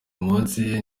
munsi